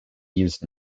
used